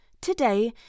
today